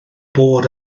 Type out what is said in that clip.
bod